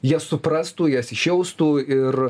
jie suprastų jas išjaustų ir